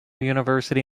university